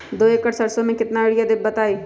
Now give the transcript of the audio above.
दो एकड़ सरसो म केतना यूरिया देब बताई?